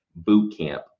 Bootcamp